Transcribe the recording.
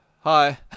hi